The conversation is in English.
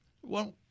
One